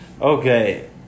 Okay